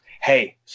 hey